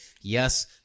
yes